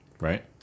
right